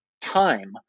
time